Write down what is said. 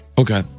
Okay